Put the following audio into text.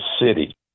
city